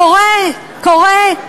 קורה, קורה,